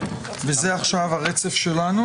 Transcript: בוקר טוב, אדוני היושב-ראש וחברי הוועדה הנכבדים.